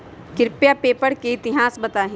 कृपया पेपर के इतिहास बताहीं